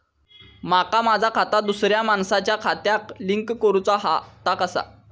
माका माझा खाता दुसऱ्या मानसाच्या खात्याक लिंक करूचा हा ता कसा?